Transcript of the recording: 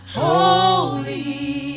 holy